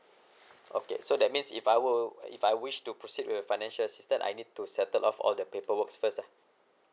okay so that means if I were if I wish to proceed with financial assistance I need to settle off all the paperwork first lah